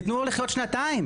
תתנו לו לחיות שנתיים,